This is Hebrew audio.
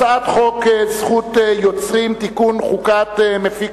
הצעת חוק זכות יוצרים (תיקון, חזקת מפיק